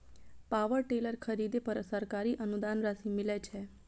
Power tiller खरीदे पर सरकारी अनुदान राशि मिलय छैय?